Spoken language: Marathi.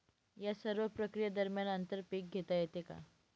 या सर्व प्रक्रिये दरम्यान आंतर पीक घेता येते का?